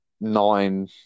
nine